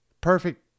perfect